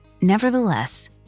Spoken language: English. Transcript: Nevertheless